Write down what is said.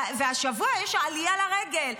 והשבוע יש עלייה לרגל,